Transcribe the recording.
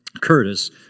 Curtis